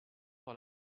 dans